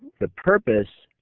the purpose